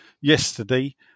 yesterday